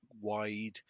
wide